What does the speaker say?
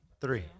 Three